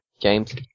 James